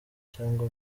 cyangwa